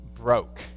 broke